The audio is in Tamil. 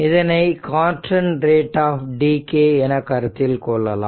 இதனை கான்ஸ்டன்ட் ரேட் ஆப் டிகே என கருத்தில் கொள்ளலாம்